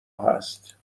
هست